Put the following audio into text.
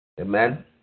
Amen